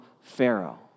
Pharaoh